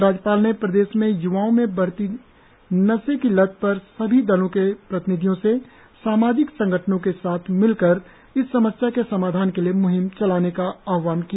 राज्यपाल ने प्रदेश में य्वाओ में बढ़ती नशे की लत पर सभी दलों के प्रतिनिधियों से सामाजिक संगठनों के साथ मिलकर इस समस्या के समाधान के लिए म्हिम चलाने का आहवान किया